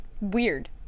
weird